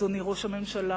אדוני ראש הממשלה,